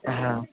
হ্যাঁ